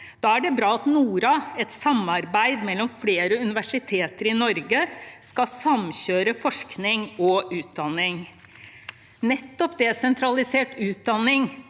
Da er det bra at NORA, et samarbeid mellom flere universiteter i Norge, skal samkjøre forskning og utdanning. Nettopp desentralisert utdanning